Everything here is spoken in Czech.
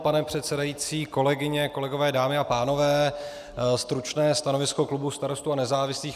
Pane předsedající, kolegyně, kolegové, dámy a pánové, stručné stanovisko klubu Starostů a nezávislých.